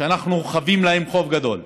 שאנחנו חבים להן חוב גדול,